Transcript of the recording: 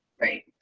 right.